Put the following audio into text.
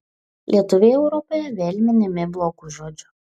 lietuviai europoje vėl minimi blogu žodžiu